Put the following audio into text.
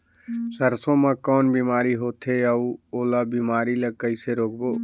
सरसो मा कौन बीमारी होथे अउ ओला बीमारी ला कइसे रोकबो?